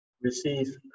Receive